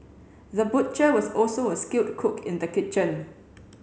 the butcher was also a skilled cook in the kitchen